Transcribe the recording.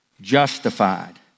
justified